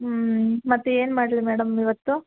ಹ್ಞೂ ಮತ್ತೆ ಏನು ಮಾಡಲಿ ಮೇಡಂ ಇವತ್ತು